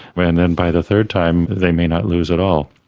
and then by the third time they may not lose at all.